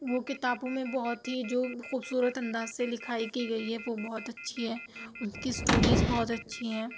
وہ کتابوں میں بہت ہی جو خوبصورت انداز سے لکھائی کی گئی ہے وہ بہت اچھی ہے اس کی اسٹوریز بہت اچھی ہیں